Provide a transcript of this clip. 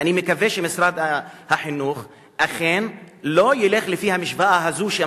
ואני מקווה שמשרד החינוך אכן לא ילך לפי המשוואה הזאת,